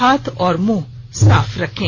हाथ और मुंह साफ रखें